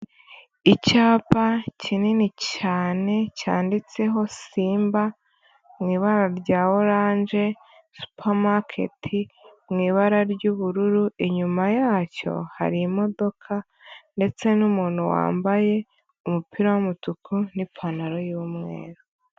Icyapa kinini cyane cyanditseho Simba mu ibara rya oranje, supamaketi mu ibara ry'ubururu, inyuma yacyo hari imodoka ndetse n'umuntu wambaye umupira w'umutuku n'ipantaro y'umweru.